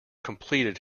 completed